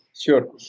Sure